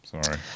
Sorry